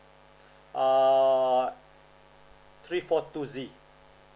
err three four two Z